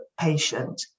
patient